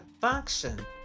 function